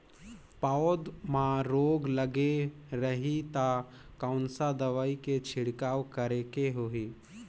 पौध मां रोग लगे रही ता कोन सा दवाई के छिड़काव करेके होही?